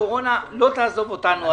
הקורונה לא תעזוב אותנו עד אז?